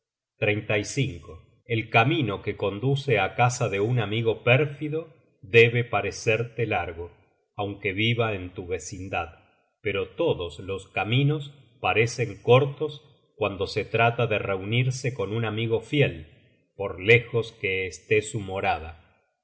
y aprende pocas cosas el camino que conduce á casa de un amigo pérfido debe parecerte largo aunque viva en tu vecindad pero todos los caminos parecen cortos cuando se trata de reunirse con un amigo fiel por lejos que esté